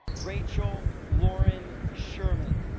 rachel lauren sherman